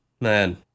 man